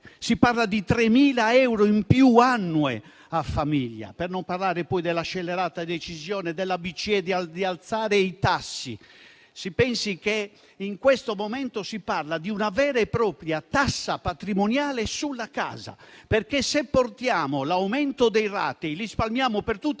si parla di 3.000 in più annui a famiglia, per non parlare poi della scellerata decisione della BCE di alzare i tassi. Si pensi che in questo momento si parla di una vera e propria tassa patrimoniale sulla casa, perché, se consideriamo l'aumento dei ratei e lo spalmiamo per tutta